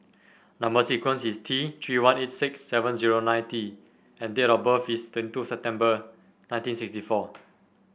number sequence is T Three one eight six seven zero nine T and date of birth is twenty two September nineteen sixty four